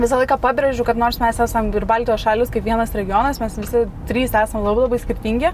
visą laiką pabrėžiau kad nors mes esam ir baltijos šalys kaip vienas regionas mes visi trys esam labai labai skirtingi